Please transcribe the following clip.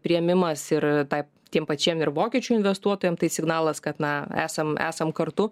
priėmimas ir tai tiem pačiem ir vokiečių investuotojam tai signalas kad na esam esam kartu